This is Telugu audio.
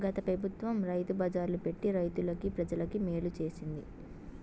గత పెబుత్వం రైతు బజార్లు పెట్టి రైతులకి, ప్రజలకి మేలు చేసింది